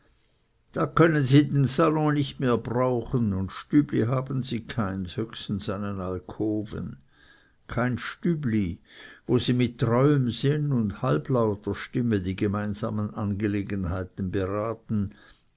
da können sie den salon nicht mehr brauchen und stübli haben sie keins höchstens einen alkoven kein stübli wo sie mit treuem sinn und halblauter stimme die gemeinsamen angelegenheiten beraten